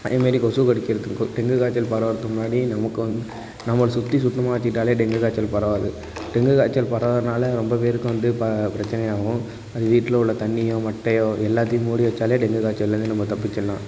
அதேமாரி கொசு கடிக்கிறதுக்கு டெங்கு காய்ச்சல் பரவுறதுக்கு முன்னாடி நமக்கு நம்மளை சுற்றி சுத்தமாக வச்சிக்கிட்டாலே டெங்கு காய்ச்சல் பரவாது டெங்கு காய்ச்சல் பரவுறதினால ரொம்ப பேருக்கு வந்து இப்போ பிரச்சனையாகும் அது வீட்டில உள்ள தண்ணியோ மட்டையோ எல்லாத்தையும் மூடி வச்சாலே டெங்கு காய்ச்சலிலேந்து நம்ம தப்பிச்சிடலாம்